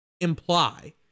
imply